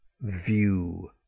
view